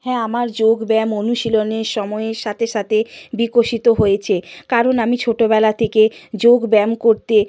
হ্যাঁ আমার যোগব্যায়াম অনুশীলনে সময়ের সাথে সাথে বিকশিত হয়েছে কারণ আমি ছোটোবেলা থেকে যোগব্যায়াম করতে